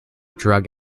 drug